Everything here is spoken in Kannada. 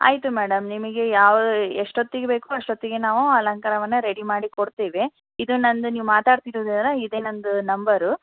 ಆಯಿತು ಮೇಡಮ್ ನಿಮಗೆ ಯಾವ ಎಷ್ಟೊತ್ತಿಗೆ ಬೇಕೋ ಅಷ್ಟೊತ್ತಿಗೆ ನಾವು ಅಲಂಕಾರವನ್ನು ರೆಡಿ ಮಾಡಿಕೊಡ್ತೇವೆ ಇದು ನನ್ನದು ನೀವು ಮಾತಾಡ್ತಿರೋದಿದೆಯಲ್ಲ ಇದೇ ನನ್ನದು ನಂಬರ್